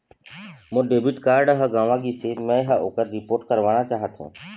मोर debit card ह गंवा गिसे, मै ह ओकर रिपोर्ट करवाना चाहथों